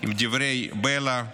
עם דברי בלע,